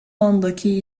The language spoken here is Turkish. andaki